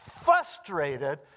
frustrated